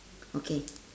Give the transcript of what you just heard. okay